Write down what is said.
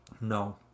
No